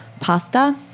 pasta